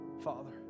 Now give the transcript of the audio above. Father